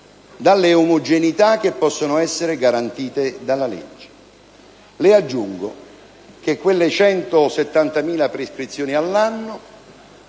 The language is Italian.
delle omogeneità che possono essere garantite dalla legge. Le aggiungo che quelle 170.000 prescrizioni all'anno,